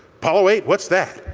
apollo eight, what's that?